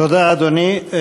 תודה, אדוני.